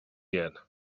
yet